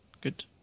Good